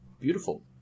beautiful